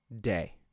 day